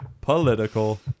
Political